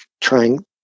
trying